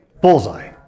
Bullseye